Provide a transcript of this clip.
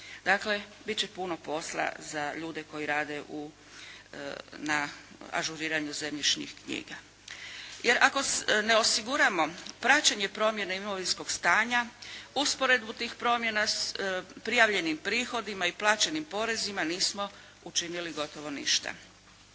Dakle, bit će puno posla za ljude koji rade na ažuriranju zemljišnih knjiga. Jer ako ne osiguramo praćenje promjene imovinskog stanja, usporedbu tih promjena s prijavljenim prihodima i plaćenim porezima nismo učinili gotovo ništa.